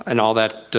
and all that,